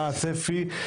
מה הצפי.